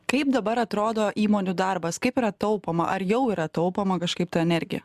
kaip dabar atrodo įmonių darbas kaip yra taupoma ar jau yra taupoma kažkaip ta energija